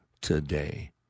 today